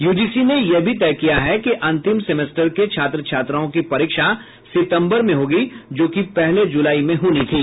UGC ने यह भी तय किया् है कि अंतिम सेमेस्टर के छात्र छात्राओं की परीक्षा सितंबर में होगी जो कि पहले जुलाई में होनी थी